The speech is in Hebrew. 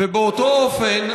באותו אופן,